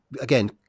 again